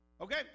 Okay